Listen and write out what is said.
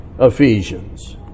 Ephesians